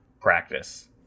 practice